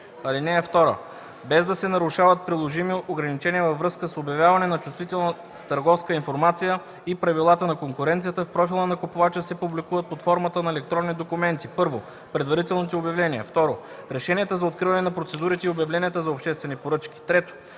(2) Без да се нарушават приложими ограничения във връзка с обявяване на чувствителна търговска информация и правилата на конкуренцията, в профила на купувача се публикуват под формата на електронни документи: 1. предварителните обявления; 2. решенията за откриване на процедурите и обявленията за обществени поръчки; 3.